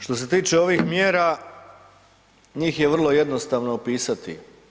Što se tiče ovih mjera, njih je vrlo jednostavno opisati.